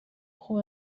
خوب